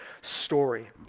story